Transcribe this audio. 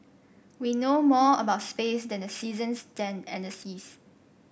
we know more about space than the seasons than and the seas